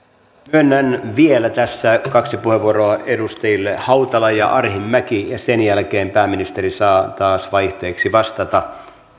myönnän tässä vielä kaksi puheenvuoroa edustajille hautala ja arhinmäki ja sen jälkeen pääministeri saa taas vaihteeksi vastata